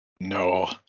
no